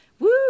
Woo